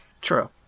True